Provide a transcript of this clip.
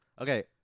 Okay